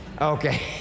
Okay